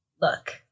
look